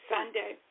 Sunday